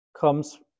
comes